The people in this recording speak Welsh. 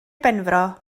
benfro